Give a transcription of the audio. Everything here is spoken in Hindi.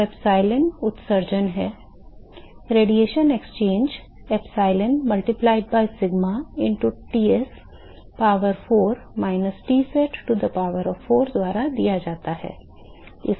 तो एप्सिलॉन उत्सर्जन है विकिरण विनिमय epsilon multiplied by sigma into Ts power 4 minus Tsat to the power of 4 द्वारा दिया जाता है